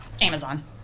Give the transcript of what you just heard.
Amazon